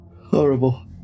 Horrible